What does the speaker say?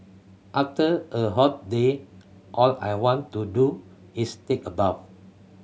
after a hot day all I want to do is take a bath